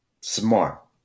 smart